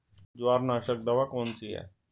जवारनाशक दवा कौन सी है?